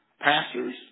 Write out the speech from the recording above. pastors